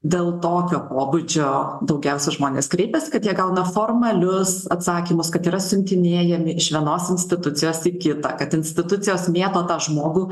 dėl tokio pobūdžio daugiausiai žmonės kreipiasi kad jie gauna formalius atsakymus kad yra siuntinėjami iš vienos institucijos į kitą kad institucijos mėto tą žmogų